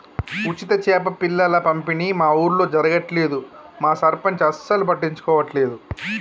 ఉచిత చేప పిల్లల పంపిణీ మా ఊర్లో జరగట్లేదు మా సర్పంచ్ అసలు పట్టించుకోవట్లేదు